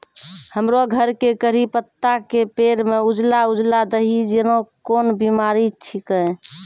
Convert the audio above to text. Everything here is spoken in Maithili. हमरो घर के कढ़ी पत्ता के पेड़ म उजला उजला दही जेना कोन बिमारी छेकै?